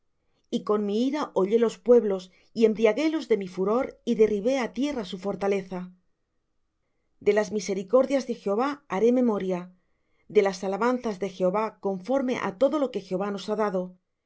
y con mi ira hollé los pueblos y embriaguélos de mi furor y derribé á tierra su fortaleza de las misericordias de jehová haré memoria de las alabanzas de jehová conforme á todo lo que jehová nos ha dado